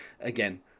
again